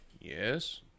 yes